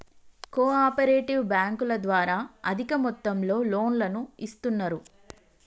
co operative బ్యాంకుల ద్వారా అధిక మొత్తంలో లోన్లను ఇస్తున్నరు